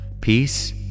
Peace